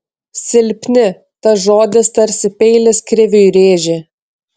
silpni tas žodis tarsi peilis kriviui rėžė